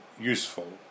useful